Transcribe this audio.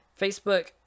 Facebook